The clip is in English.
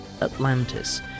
Atlantis